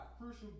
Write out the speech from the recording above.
crucial